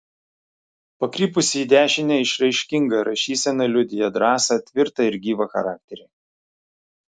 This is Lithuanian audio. pakrypusi į dešinę išraiškinga rašysena liudija drąsą tvirtą ir gyvą charakterį